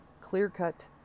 clear-cut